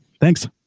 Thanks